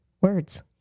words